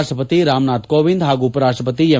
ರಾಷ್ಟ್ರಪತಿ ರಾಮನಾಥ್ ಕೋವಿಂದ್ ಹಾಗೂ ಉಪರಾಷ್ಟ್ರಪತಿ ಎಂ